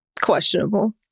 Questionable